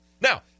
Now